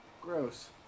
Gross